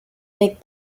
make